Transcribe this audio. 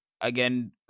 again